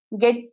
Get